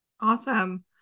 Awesome